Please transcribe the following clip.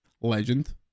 Legend